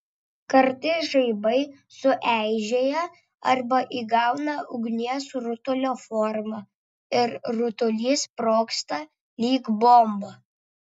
kartais žaibai sueižėja arba įgauna ugnies rutulio formą ir rutulys sprogsta lyg bomba